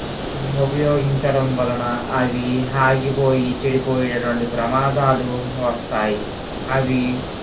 ఉపయోగించడం వలన అవి ఆగిపోయి చెడిపోయేటటువంటి వంటి ప్రమాదాలు వస్తాయి అవి